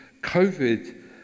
COVID